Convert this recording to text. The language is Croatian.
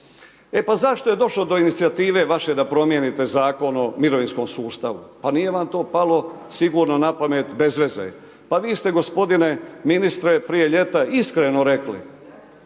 E pa zašto je došlo do inicijative vaše da promijenite zakon o mirovinskom sustavu? Pa nije vam to palo sigurno na pamet bezveze. Pa vi ste gospodine ministre prije ljeta iskreno rekli